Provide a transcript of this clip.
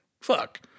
Fuck